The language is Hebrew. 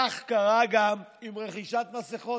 כך קרה גם עם רכישת מסכות,